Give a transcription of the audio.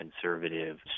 conservative